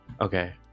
okay